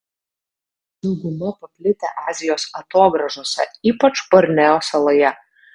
dauguma paplitę azijos atogrąžose ypač borneo saloje